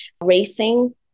racing